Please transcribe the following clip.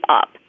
up